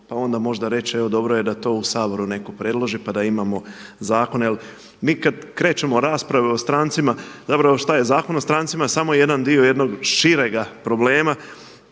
pa onda može reći evo dobro je da to u Saboru netko predloži, pa da imamo zakone. Jer mi kad krećemo rasprave o strancima, zapravo šta je? Zakon o strancima je samo jedan dio širega problema,